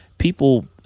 People